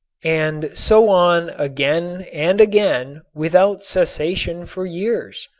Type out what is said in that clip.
and so on again and again without cessation for years,